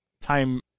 time